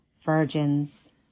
virgins